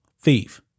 thief